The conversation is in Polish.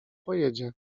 pojedzie